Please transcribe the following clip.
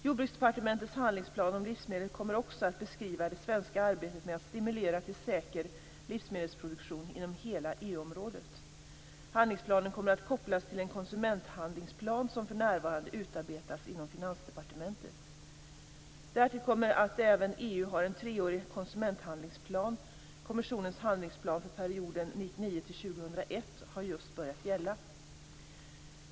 Jordbruksdepartementets handlingsplan om livsmedel kommer också att beskriva det svenska arbetet med att stimulera till säker livsmedelsproduktion inom hela EU området. Handlingsplanen kommer att kopplas till en konsumenthandlingsplan, som för närvarande utarbetas inom Finansdepartementet. Därtill kommer att även EU har en treårig konsumenthandlingsplan. 2001 har just börjat gälla.